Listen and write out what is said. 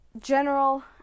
general